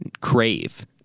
crave